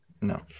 No